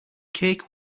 cake